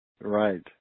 Right